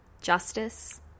justice